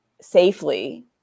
safely